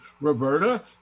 Roberta